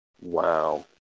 Wow